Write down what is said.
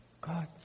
God